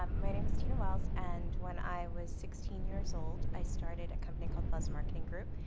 um my name is tina wells. and when i was sixteen years old i started a company called buzz marketing group.